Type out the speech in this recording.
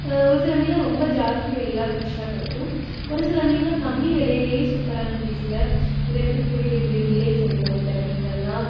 ஒரு சில மீன்லாம் ரொம்ப ஜாஸ்தி விலையில் ஃப்ரெஷ்ஷாக கிடைக்கும் ஒரு சில மீன்லாம் கம்மி வெலையிலேயே சூப்பரான டேஸ்ட்டில் இதை பற்றி பிடிக்கக்கூடிய வில்லேஜ் சைடில் உள்ள மீன்கள்லாம்